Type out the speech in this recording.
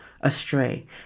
astray